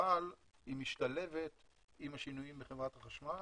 אבל היא משתלבת עם השינויים בחברת החשמל,